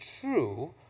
true